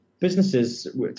businesses